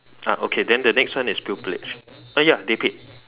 ah okay then the next one is pupilage uh ya they paid